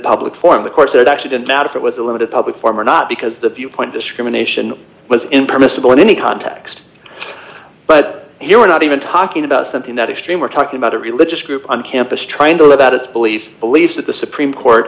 public forum the court said actually didn't matter if it was a limited public forum or not because the viewpoint discrimination was impermissible in any context but here we're not even talking about something that extreme we're talking about a religious group on campus trying to live out its beliefs believes that the supreme court